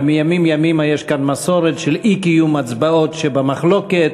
אבל מימים ימימה יש כאן מסורת של אי-קיום הצבעות שבמחלוקת